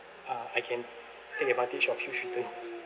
uh I can take advantage of